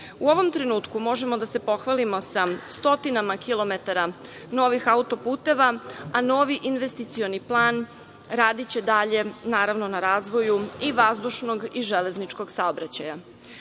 U ovom trenutku možemo da se pohvalimo sa stotinama kilometara novih autoputeva, a novi investicioni plan radiće dalje, naravno, na razvoju i vazdušnog i železničkog saobraćaja. Sve